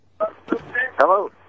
Hello